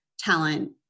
talent